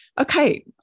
okay